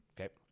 Okay